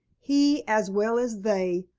he, as well as they,